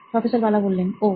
professor Bala ওহ